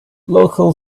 local